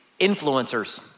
influencers